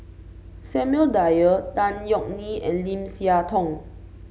Samuel Dyer Tan Yeok Nee and Lim Siah Tong